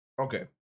Okay